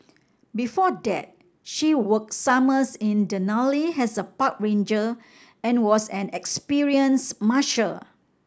before that she work summers in Denali as a park ranger and was an experience musher